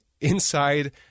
Inside